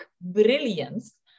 brilliance